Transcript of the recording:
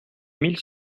mille